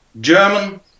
German